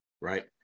right